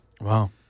Wow